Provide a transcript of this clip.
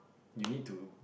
you need to